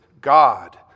God